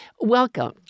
Welcome